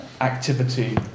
activity